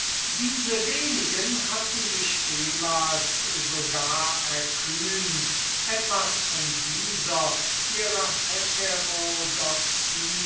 diese wenigen hatten sich ehmals sogar erkühnt etwas von dieser ihrer